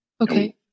okay